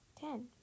Ten